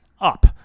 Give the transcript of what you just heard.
up